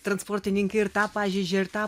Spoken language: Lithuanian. transportininkai ir tą pažeidžia ir tą